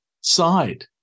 side